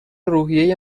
روحیه